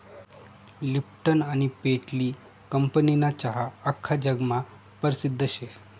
Lipton आनी पेटली कंपनीना चहा आख्खा जगमा परसिद्ध शे